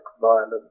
violent